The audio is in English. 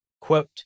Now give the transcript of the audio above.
Quote